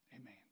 Amen